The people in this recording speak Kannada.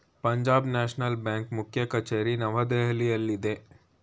ಪಂಜಾಬ್ ನ್ಯಾಷನಲ್ ಬ್ಯಾಂಕ್ನ ಮುಖ್ಯ ಕಚೇರಿ ನವದೆಹಲಿಯಲ್ಲಿದೆ